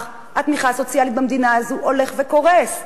התמיכה הסוציאלית במדינה הזאת הולך וקורס,